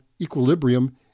equilibrium